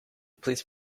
police